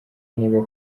niba